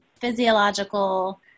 physiological